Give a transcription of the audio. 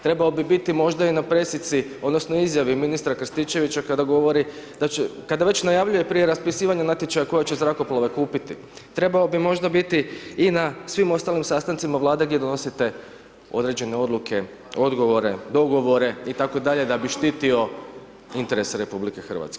Trebao bi biti možda i na pressici odnosno izjavi ministra Krstičevića kada govori, kada već najavljuje prije raspisivanja natječaja koja će zrakoplove kupiti, trebao bi možda biti i na svim ostalim sastancima Vlade gdje donosite određene odluke, odgovore, dogovore itd. da bi štitio interese RH.